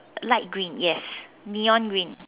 light green yes neon green